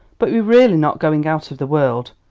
but we're really not going out of the world,